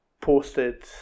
posted